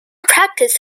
practice